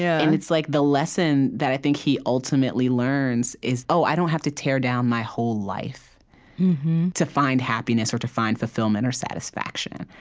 yeah and it's like the lesson that i think he ultimately learns is, oh, i don't have to tear down my whole life to find happiness or to find fulfillment or satisfaction.